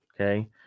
Okay